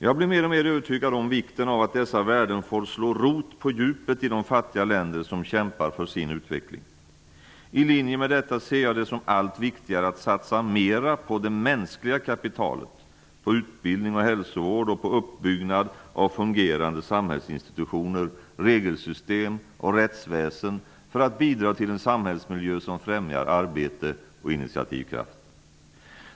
Jag blir mer och mer övertygad om vikten av att dessa värden får slå rot på djupet i de fattiga länder som kämpar för sin utveckling. I linje med detta ser jag det som allt viktigare att satsa mera på det mänskliga kapitalet -- på utbildning och hälsovård samt på uppbyggnad av fungerande samhällsinstitutioner, regelsystem och rättsväsen -- för att bidra till en samhällsmiljö som främjar arbete och initiativkraft.